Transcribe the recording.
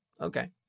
okay